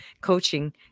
Coaching